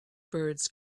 birds